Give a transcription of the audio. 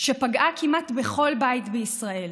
שפגעה כמעט בכל בית בישראל.